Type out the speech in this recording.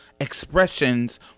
expressions